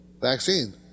vaccine